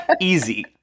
Easy